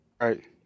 right